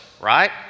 right